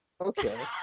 Okay